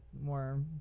more